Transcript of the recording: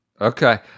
Okay